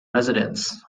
residence